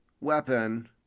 weapon